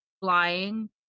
flying